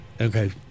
Okay